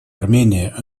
армения